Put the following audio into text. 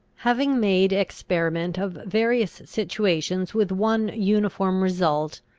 having made experiment of various situations with one uniform result,